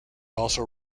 also